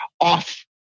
off